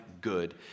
good